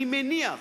אני מניח